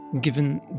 given